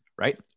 Right